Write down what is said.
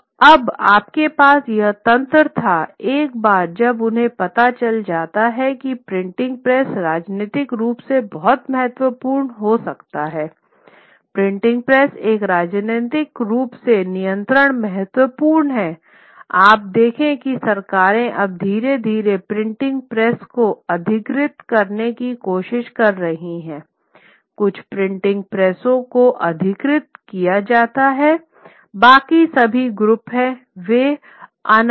तो अब आपके पास यह तंत्र था एक बार जब उन्हें पता चलता है कि प्रिंटिंग प्रेस राजनीतिक रूप से बहुत महत्वपूर्ण हो सकता हैप्रिंटिंग प्रेस पर राजनीतिक रूप से नियंत्रण महत्वपूर्ण है आप देखें कि सरकारें अब धीरे धीरे प्रिंटिंग प्रेसों को अधिकृत करने की कोशिश कर रही हैं कुछ प्रिंटिंग प्रेसों को अधिकृत किया जाता है बाकी सभी गुप्त हैंवे अनधिकृत हैं